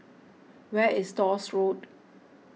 where is Stores Road